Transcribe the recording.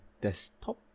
desktop